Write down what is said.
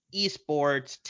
esports